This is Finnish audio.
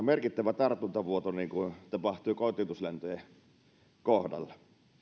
merkittävä tartuntavuoto niin kuin tapahtui kotiutuslentojen kohdalla